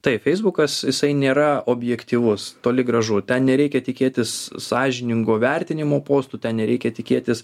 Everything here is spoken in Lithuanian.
taip feisbukas jisai nėra objektyvus toli gražu ten nereikia tikėtis sąžiningo vertinimo postų ten nereikia tikėtis